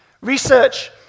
Research